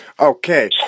Okay